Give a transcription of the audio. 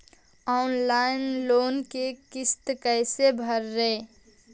Online loan के किस्त कैसे भरे?